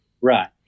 Right